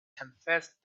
confessed